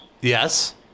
Yes